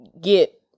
get